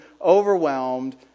overwhelmed